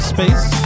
Space